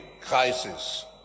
crisis